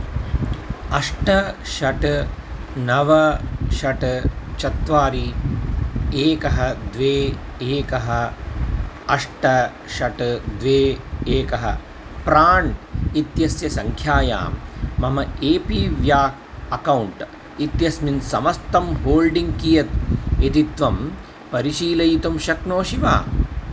अष्ट षट् नव षट् चत्वारि एकः द्वे एकः अष्ट षट् द्वे एकः प्राण् इत्यस्य सङ्ख़यायां मम ए पि व्या अकौण्ट् इत्यस्मिन् समस्तं होल्डिङ्ग् कियत् इति त्वं परिशीलयितुं शक्नोषि वा